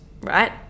right